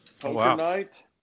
tonight